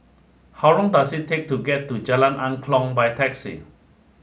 how long does it take to get to Jalan Angklong by taxi